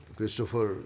Christopher